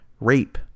rape